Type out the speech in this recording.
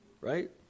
right